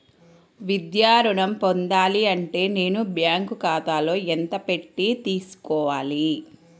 విద్యా ఋణం పొందాలి అంటే నేను బ్యాంకు ఖాతాలో ఎంత పెట్టి తీసుకోవాలి?